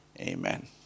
Amen